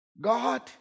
God